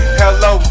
hello